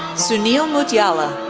sunil mutyala,